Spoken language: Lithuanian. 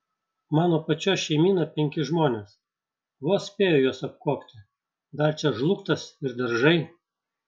mano pačios šeimyna penki žmonės vos spėju juos apkuopti dar čia žlugtas ir daržai